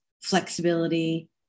flexibility